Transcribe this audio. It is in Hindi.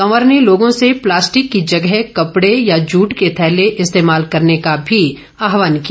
कवर ने लोगों से प्लास्टिक की जगह कपड़े या जूट के थैले इस्तेमाल करने का मी आहवान किया